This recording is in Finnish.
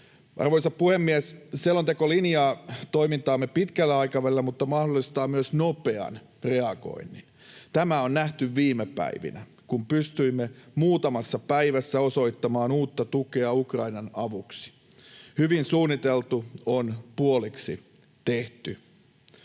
Arvoisa puhemies! Selonteko linjaa toimintaamme pitkällä aikavälillä mutta mahdollistaa myös nopean reagoinnin. Tämä on nähty viime päivinä, kun pystyimme muutamassa päivässä osoittamaan uutta tukea Ukrainan avuksi. Hyvin suunniteltu on puoliksi tehty.